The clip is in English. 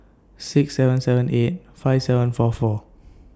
six seven seven eight five seven four four